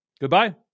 Goodbye